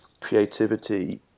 creativity